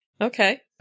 Okay